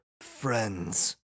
friends